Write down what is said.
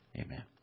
Amen